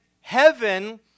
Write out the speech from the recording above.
heaven